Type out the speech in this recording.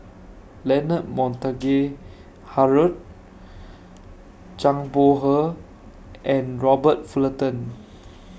Leonard Montague Harrod Zhang Bohe and Robert Fullerton